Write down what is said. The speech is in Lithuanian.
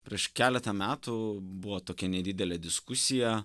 prieš keletą metų buvo tokia nedidelė diskusija